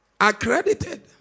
Accredited